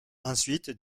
ensuite